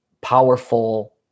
powerful